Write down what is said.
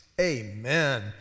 amen